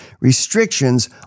restrictions